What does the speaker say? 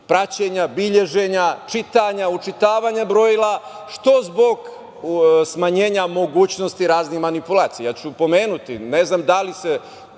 praćenja, beleženja, čitanja, učitavanja brojila, što zbog smanjenja mogućnosti raznih manipulacija. Pomenuću, ne znam da li je